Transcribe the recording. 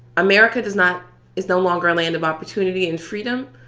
america does not is no longer a land of opportunity and freedom.